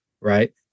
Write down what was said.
right